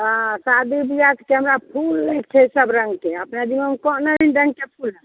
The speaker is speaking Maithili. हँ शादी बिआहके हमरा फूल नहि छै सब रङ्गके अपने जे हम कहने रहियै फूल